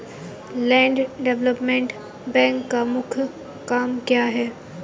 Land development bank का प्रमुख काम क्या है?